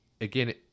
again